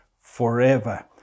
forever